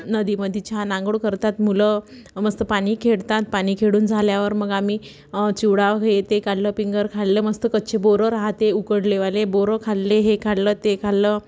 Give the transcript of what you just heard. नदी मध्ये छान आंगोळ करतात मुलं मस्त पानी खेळतात पाणी खेळुन झाल्यावर मग आम्ही चिवडाव हे ते काढलं पिंगर खाल्लं मस्त कच्चे बोरं राहते उकडलेवाले बोरं खाल्ले हे काढलं ते खाल्लं